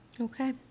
Okay